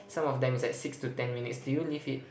some of them is like six to ten minutes do you leave it